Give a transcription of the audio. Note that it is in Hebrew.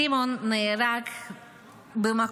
סימון נהרג במקום,